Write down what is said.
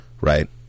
right